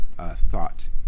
thought